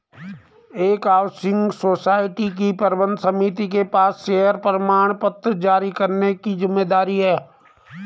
एक housing society की प्रबंध समिति के पास शेयर प्रमाणपत्र जारी करने की जिम्मेदारी है